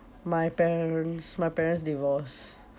my parents my parents divorced